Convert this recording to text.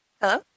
Hello